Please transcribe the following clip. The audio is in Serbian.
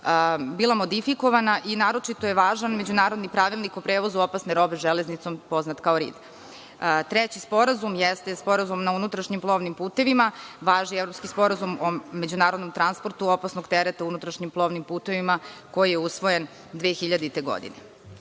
bila modifikovana, i naročito je važan Međunarodni pravilnik o prevozu opasne robe železnicom, poznat kao RID. Treći sporazum jeste Sporazum na unutrašnjim plovnim putevima, važan Evropski sporazum o međunarodnom transportu opasnog tereta unutrašnjim plovnim putevima, koji je usvojen 2000. godine.